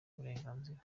uburenganzira